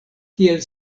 kiel